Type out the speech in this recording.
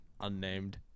Unnamed